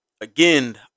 Again